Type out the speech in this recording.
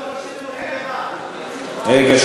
רגע,